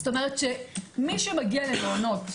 מי שמגיע למעונות,